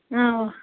اَوا